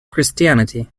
christianity